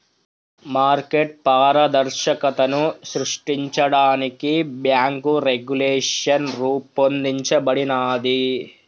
market పారదర్శకతను సృష్టించడానికి bank regulation రూపొందించబడినాది